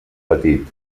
petit